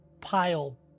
pile